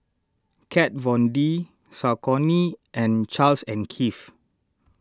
Kat Von D Saucony and Charles and Keith